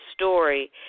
story